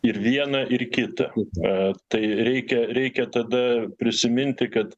ir vieną ir kitą a tai reikia reikia tada prisiminti kad